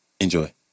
Enjoy